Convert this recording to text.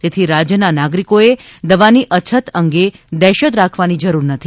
તેથી રાજ્યના નાગરિકોએ દવાની અછત અંગે દહેશત રાખવાની જરૂર નથી